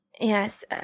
Yes